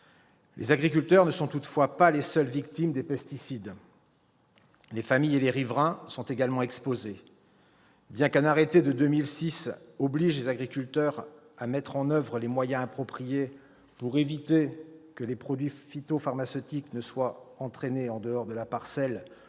Les agriculteurs ne sont toutefois pas les seules victimes des pesticides. Les familles et les riverains sont également exposés. Bien qu'un arrêté de 2006 oblige les agriculteurs à mettre en oeuvre les moyens appropriés pour éviter que les produits phytopharmaceutiques ne soient entraînés en dehors de la parcelle